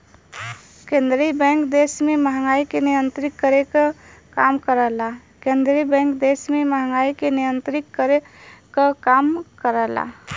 केंद्रीय बैंक देश में महंगाई के नियंत्रित करे क काम करला